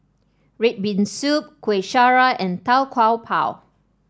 red bean soup Kueh Syara and Tau Kwa Pau